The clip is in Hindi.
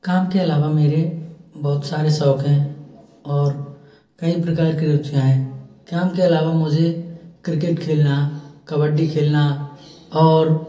काम के अलावा मेरे बहुत सारे शौक हैं और कई प्रकार की रुचियाँ हैं काम के अलावा मुझे क्रिकेट खेलना कबड्डी खेलना और